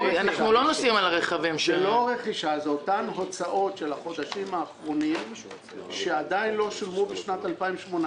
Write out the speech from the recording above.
זה אותן הוצאות של החודשים האחרונים שעדיין לא שולמו בשנת 2018,